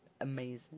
amazing